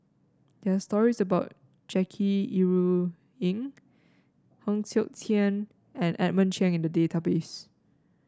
there are stories about Jackie Yi Ru Ying Heng Siok Tian and Edmund Cheng in the database